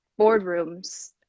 boardrooms